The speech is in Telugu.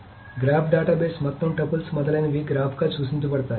కాబట్టి గ్రాఫ్ డేటాబేస్ మొత్తం టపుల్స్ మొదలైనవి గ్రాఫ్గా సూచించబడతాయి